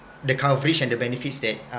the coverage and the benefits that